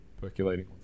percolating